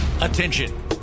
Attention